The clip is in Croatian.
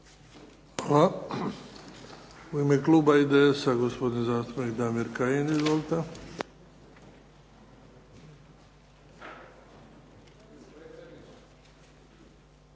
Hvala. U ime kluba HDSSB-a gospodin zastupnik Boro Grubišić. Izvolite,